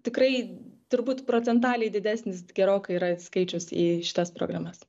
tikrai turbūt procentaliai didesnis gerokai yra skaičius į šitas programas